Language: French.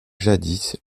jadis